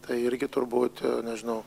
tai irgi turbūt nežinau